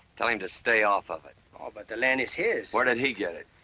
tell him to stay off of it. oh, but the land is his. where did he get it?